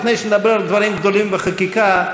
לפני שנדבר על דברים גדולים בחקיקה,